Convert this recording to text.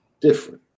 different